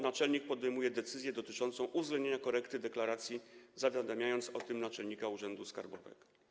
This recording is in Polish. Naczelnik ten podejmuje decyzję dotyczącą uwzględnienia korekty deklaracji, zawiadamiając o tym naczelnika urzędu skarbowego.